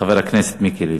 חבר הכנסת מיקי לוי.